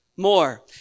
More